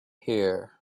here